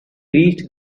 reached